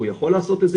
הוא יכול לעשות את זה,